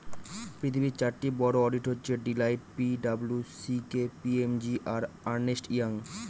পৃথিবীর চারটি বড়ো অডিট হচ্ছে Deloitte P W C K P M G আর আর্নেস্ট ইয়ং